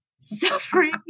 Suffering